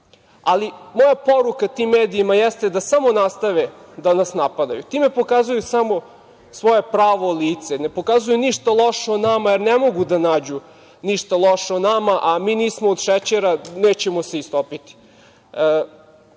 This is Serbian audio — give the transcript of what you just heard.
dana. Moja poruka tim medijima jeste da samo nastave da nas napadaju. Time pokazuju samo svoje pravo lice. Ne pokazuje ništa loše o nama, jer ne mogu da nađu ništa loše o nama, a mi nismo od šećera, nećemo se istopiti.